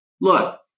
Look